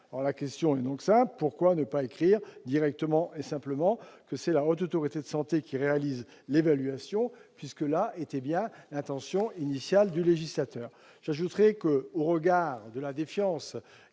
» Ma question est donc simple : pourquoi ne pas écrire, directement et simplement, que c'est la Haute Autorité de santé qui réalise l'évaluation, puisque telle était bien l'intention initiale du législateur ? J'ajoute qu'au regard de la défiance